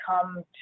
come